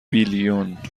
بیلیون